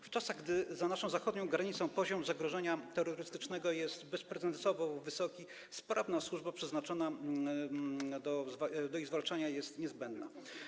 W czasach gdy za naszą zachodnią granicą poziom zagrożenia terrorystycznego jest bezprecedensowo wysoki, sprawna służba przeznaczona do zwalczania zagrożeń jest niezbędna.